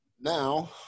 now